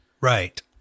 Right